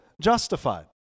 justified